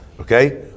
Okay